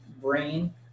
brain